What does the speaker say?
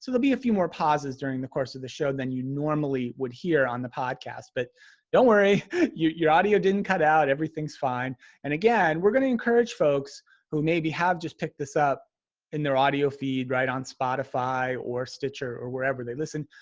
so, there'll be a few more pauses during the course of the show than you normally would hear on the podcast. but don't worry your audio didn't cut out, everything's fine and again we're gonna encourage folks who maybe have just picked this up in their audio feed right on spotify or stitcher or wherever they listen,